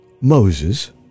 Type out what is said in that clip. Moses